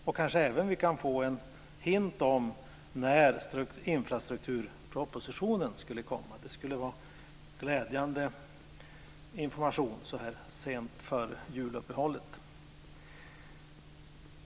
Vi kanske även kan få en hint om när infrastrukturpropositionen kan komma. Det skulle vara glädjande information så här sent före juluppehållet.